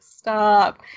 stop